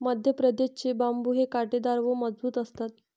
मध्यप्रदेश चे बांबु हे काटेदार व मजबूत असतात